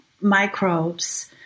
microbes